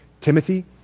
Timothy